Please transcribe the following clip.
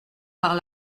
par